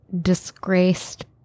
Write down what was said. disgraced